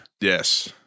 Yes